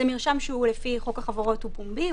זה מרשם שלפי חוק החברות הוא פומבי,